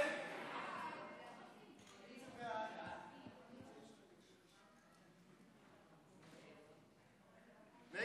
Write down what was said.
ההצעה להעביר את הצעת חוק הגנת השכר (תיקון,